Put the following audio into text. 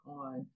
on